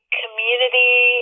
community